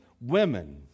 women